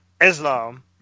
Islam